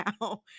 now